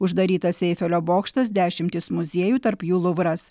uždarytas eifelio bokštas dešimtys muziejų tarp jų luvras